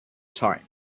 type